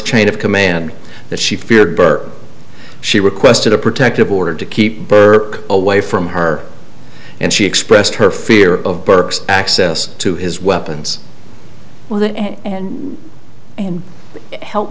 chain of command that she feared burke she requested a protective order to keep burke away from her and she expressed her fear of burke's access to his weapons well that and and help